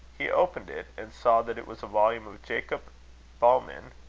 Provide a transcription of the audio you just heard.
he opened it, and saw that it was a volume of jacob boehmen,